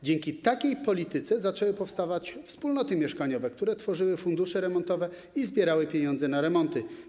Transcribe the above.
Dzięki takiej polityce zaczęły powstawać wspólnoty mieszkaniowe, które tworzyły fundusze remontowe i zbierały pieniądze na remonty.